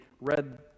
read